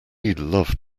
loved